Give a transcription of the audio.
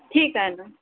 ठीक आहे ना